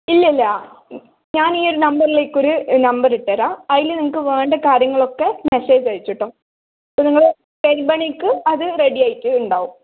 ഇല്ല ഇല്ല ഞാൻ ഈ ഒരു നമ്പറിലേക്കൊരു നമ്പറിട്ടു തരാം അതിൽ നിങ്ങൾക്ക് വേണ്ട കാര്യങ്ങളൊക്കെ മെസ്സേജ് അയച്ചിട്ടോ ഇപ്പോൾ നിങ്ങൾ വരുമ്പോഴേക്ക് അത് റെഡിയായിട്ട് ഉണ്ടാവും